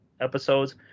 episodes